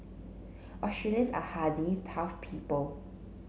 Australians are hardy tough people